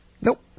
Nope